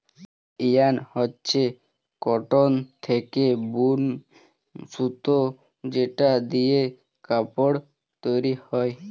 yarn হচ্ছে cotton থেকে বুন সুতো যেটা দিয়ে কাপড় তৈরী হয়